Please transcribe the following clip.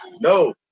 No